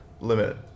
limit